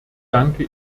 danke